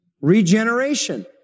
Regeneration